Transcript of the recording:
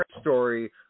story